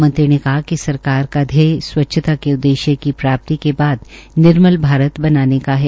मंत्री ने बताया कि सरकार का ध्येय स्वच्छता के ध्येय की प्राप्ति के बाद निम्रल भारत बनाने का है